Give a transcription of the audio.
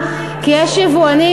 זה לא קשור.